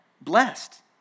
blessed